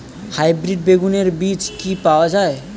Hybrid বেগুনের বীজ কি পাওয়া য়ায়?